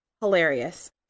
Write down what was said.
hilarious